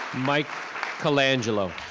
mike colangelo.